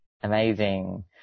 Amazing